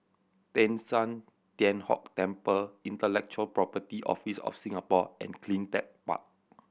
Teng San Tian Hock Temple Intellectual Property Office of Singapore and Cleantech Park